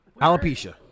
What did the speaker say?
Alopecia